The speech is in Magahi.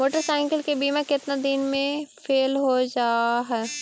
मोटरसाइकिल के बिमा केतना दिन मे फेल हो जा है?